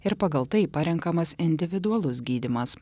ir pagal tai parenkamas individualus gydymas